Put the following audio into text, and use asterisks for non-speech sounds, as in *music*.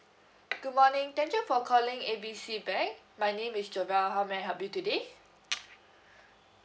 *noise* good morning thank you for calling A B C bank my name is jobelle how may I help you today *noise* *breath*